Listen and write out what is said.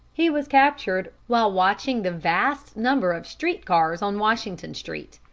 he was captured while watching the vast number of street-cars on washington street.